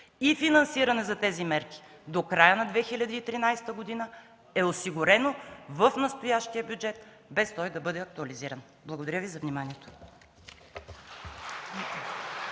и финансиране за тези мерки до края на 2013 г. е осигурено в настоящия бюджет, без той да бъде актуализиран. Благодаря Ви за вниманието.